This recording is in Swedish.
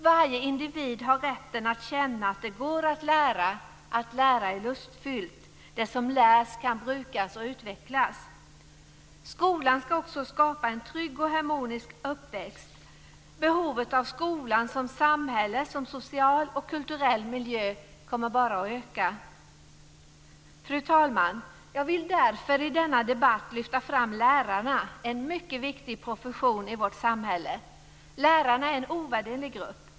Varje individ har rätten att känna att det går att lära, att lära är lustfyllt. Det som lärs kan brukas och utvecklas. Skolan ska också skapa en trygg och harmonisk uppväxt. Behovet av skolan som samhälle, som social och kulturell miljö, kommer bara att öka. Fru talman! Jag vill därför i denna debatt lyfta fram lärarna, en mycket viktig profession i vårt samhälle. Lärarna är en ovärderlig grupp.